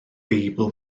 beibl